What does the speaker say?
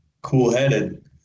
cool-headed